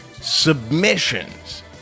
submissions